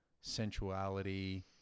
sensuality